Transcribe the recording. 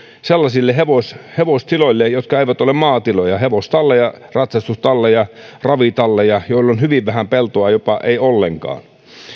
sellaisille hevostiloille jotka eivät ole maatiloja hevostalleja ratsastustalleja ravitalleja joilla on hyvin vähän peltoa jopa ei ollenkaan